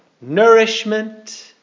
nourishment